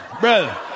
brother